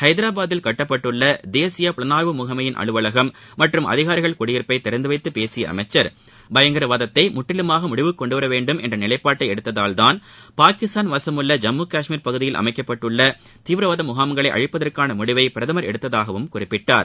ஐதராபாத்தில் கட்டப்பட்டுள்ள தேசிய புலனாய்வு முகமையின் அலுவலகம் மற்றும் அதிகாரிகள் குடியிருப்பை திறந்து வைத்து பேசிய அமைச்சர் பயங்கரவாதத்தை முற்றிலுமாக முடிவுக்கு கொண்டுவரவேண்டும் என்ற நிலைப்பாட்டை எடுத்ததால்தான் பாகிஸ்தான் வசமுள்ள ஜம்மு காஷ்மீர் பகுதியில் அமைக்கப்பட்டுள்ள தீவிரவாத முகாம்களை அழிப்பதற்கான முடிவை பிரதமர் எடுத்ததாகவும் குறிப்பிட்டார்